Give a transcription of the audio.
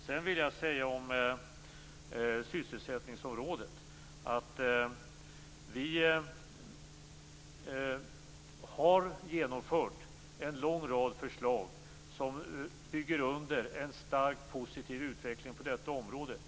Sedan vill jag säga att vi har genomfört en lång rad förslag som underbygger en starkt positiv utveckling på sysselsättningsområdet.